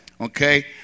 Okay